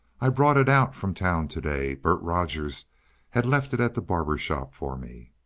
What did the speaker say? i brought it out from town today. bert rogers had left it at the barber shop for me.